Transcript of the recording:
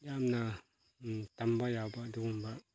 ꯌꯥꯝꯅ ꯇꯝꯕ ꯌꯥꯕ ꯑꯗꯨꯒꯨꯝꯕ